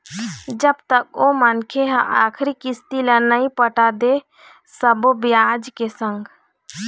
जब तक ओ मनखे ह आखरी किस्ती ल नइ पटा दे सब्बो बियाज के संग